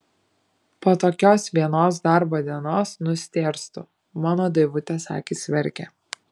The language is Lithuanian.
po tokios vienos darbo dienos nustėrstu mano daivutės akys verkia